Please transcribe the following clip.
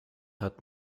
hat